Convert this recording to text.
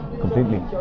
Completely